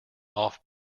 off